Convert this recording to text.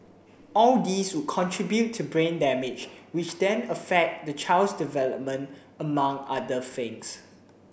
all these would contribute to brain damage which then affect the child's development among other things